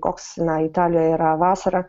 koks na italijoje yra vasarą